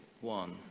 one